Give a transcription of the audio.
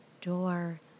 door